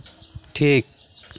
ᱴᱷᱤᱠ